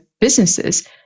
businesses